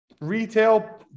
Retail